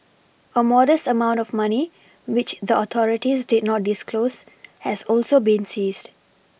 a modest amount of money which the authorities did not disclose has also been seized